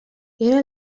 era